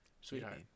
Sweetheart